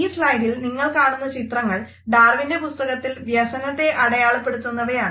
ഈ സ്ലൈഡിൽ നിങ്ങൾ കാണുന്ന ചിത്രങ്ങൾ ഡാർവിൻ്റെ പുസ്തകത്തിൽ വ്യസനത്തെ അടയാളപ്പെടുത്തുന്നവയാണ്